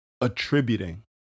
attributing